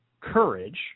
courage